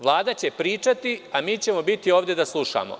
Vlada će pričati, a mi ćemo biti ovde da slušamo.